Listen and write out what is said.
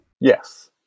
Yes